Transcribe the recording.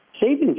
savings